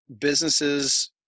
businesses